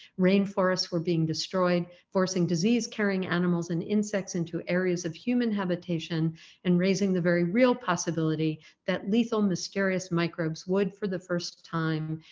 rainforests were being destroyed, forcing disease carrying animals and insects into areas of human habitation and raising the very real possibility that lethal mysterious microbes would, for the first time,